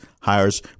hires